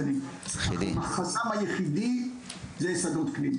החסם היחידי זה שדות קליניים.